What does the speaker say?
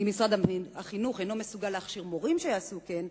אם משרד החינוך אינו מסוגל להכשיר מורים שיעשו כן,